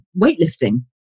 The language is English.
weightlifting